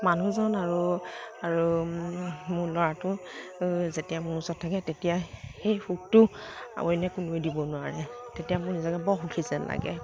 মানুহজন আৰু আৰু মোৰ ল'ৰাটো যেতিয়া মোৰ ওচৰত থাকে তেতিয়া সেই সুখটো অইনে কোনেও দিব নোৱাৰে তেতিয়া মোৰ নিজকে বৰ সুখী যেন লাগে